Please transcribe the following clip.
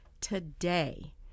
today